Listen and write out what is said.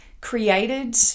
created